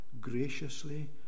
graciously